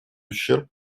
ущерб